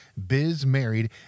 bizmarried